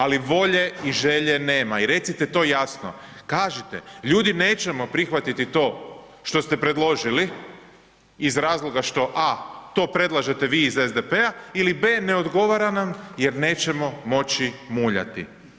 Ali volje i želje nema i recite to jasno, kažite, ljudi nećemo prihvatiti to što ste predložili iz razloga što a) to predlažete vi iz SDP-a ili b) ne odgovara nam jer nećemo moći muljati.